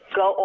go